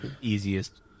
easiest